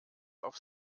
auf